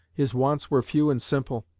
his wants were few and simple.